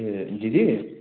ए दिदी